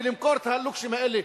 ולמכור את הלוקשים האלה.